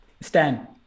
Stan